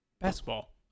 Basketball